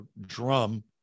drum